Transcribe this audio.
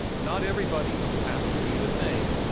not everybody has to be the same.